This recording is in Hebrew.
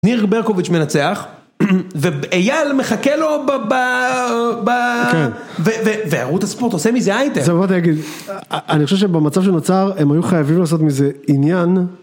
ניר ברקוביץ' מנצח, ואייל מחכה לו בב... ב... וערוץ הספורט עושה מזה אייטם. אני חושב שבמצב שנוצר, הם היו חייבים לעשות מזה עניין.